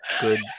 good